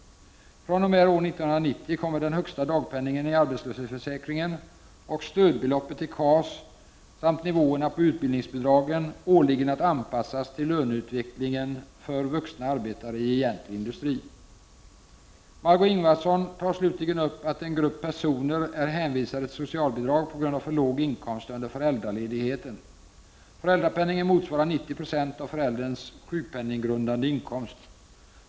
fr.o.m. år 1990 kommer den högsta dagpenningen i arbetslöshetsförsäkringen och stödbeloppet i KAS samt nivåerna på utbildningsbidragen årligen att anpassas till löneutvecklingen för vuxna arbetare i egentlig industri. Föräldrapenningen motsvarar 9076 av förälderns sjukpenninggrundande inkomst.